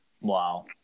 wow